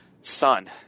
Sun